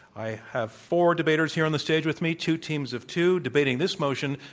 i have four debaters here on the stage with me, two teams of two, debating this motion,